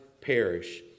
perish